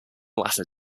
latter